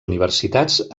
universitats